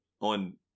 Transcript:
on